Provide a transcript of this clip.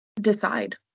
decide